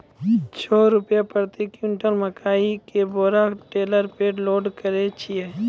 छह रु प्रति क्विंटल मकई के बोरा टेलर पे लोड करे छैय?